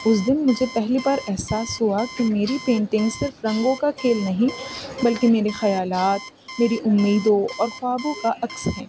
اس دن مجھے پہلی بار احساس ہوا کہ میری پینٹنگ صرف رنگوں کا کھیل نہیں بلکہ میرے خیالات میری امیدوں اور خوابوں کا عکس ہے